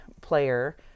player